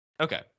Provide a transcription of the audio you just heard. Okay